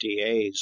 DAs